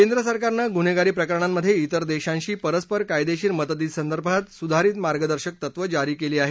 केंद्रसरकारन गुन्हेगारी प्रकरणामध्ये तिर देशांशी परस्पर कायदेशीर मदतीसदर्भात सुधारित मार्गदर्शक तत्वं जारी केली आहेत